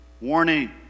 warning